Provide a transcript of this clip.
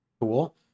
Cool